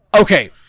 Okay